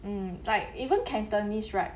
mm like even cantonese right